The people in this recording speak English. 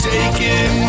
Taken